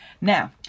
Now